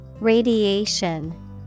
Radiation